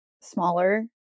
smaller